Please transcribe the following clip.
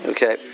Okay